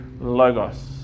logos